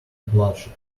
bloodshed